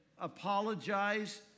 apologize